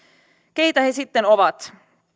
keitä he sitten ovat